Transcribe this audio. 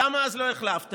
למה אז לא החלפתם?